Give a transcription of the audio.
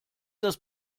das